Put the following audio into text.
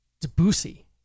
Debussy